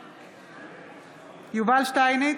בעד יובל שטייניץ,